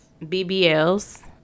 BBLs